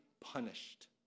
punished